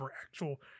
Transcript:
actual